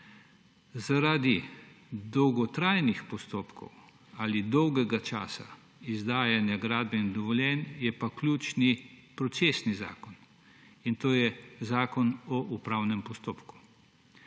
Zaradi dolgotrajnih postopkov ali dolgega časa izdajanja gradbenih dovoljenj je pa ključni procesni zakon, in to je Zakon o upravnem postopku.